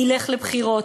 ילך לבחירות,